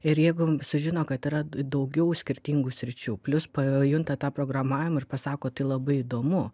ir jeigu sužino kad yra daugiau skirtingų sričių plius pajunta tą programavimą ir pasako tai labai įdomu